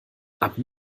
aber